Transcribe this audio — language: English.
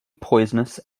poisonous